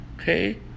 Okay